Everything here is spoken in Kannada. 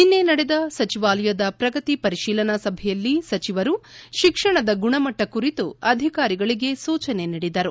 ನಿನ್ನೆ ನಡೆದ ಸಚಿವಾಲಯದ ಪ್ರಗತಿ ಪರಿಶೀಲನಾ ಸಭೆಯಲ್ಲಿ ಸಚಿವರು ಶಿಕ್ಷಣದ ಗುಣಮಟ್ಟ ಕುರಿತು ಅಧಿಕಾರಿಗಳಿಗೆ ಸೂಚನೆ ನೀಡಿದರು